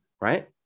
Right